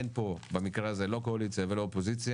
אין פה במקרה הזה לא קואליציה ולא אופוזיציה.